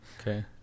Okay